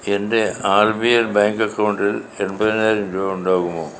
എൻ്റെ R B L bank അക്കൗണ്ടിൽ എൺപതിനായിരം രൂപ ഉണ്ടാകുമോ